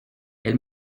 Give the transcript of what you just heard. elle